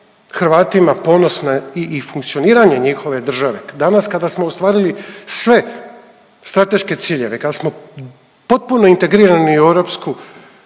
Hrvatima ponosne i funkcioniranje njihove države, danas kada smo ostvarili sve strateške ciljeve, kada smo potpuno integrirani u europsku